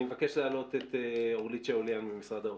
אני מבקש להעלות את אורלית שאוליאן, ממשרד האוצר.